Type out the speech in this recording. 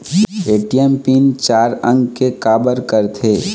ATM PIN चार अंक के का बर करथे?